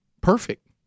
perfect